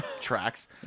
Tracks